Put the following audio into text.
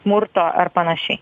smurto ar panašiai